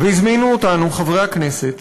והזמינו אותנו, חברי הכנסת.